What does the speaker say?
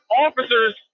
officers